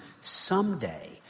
someday